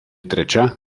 trečia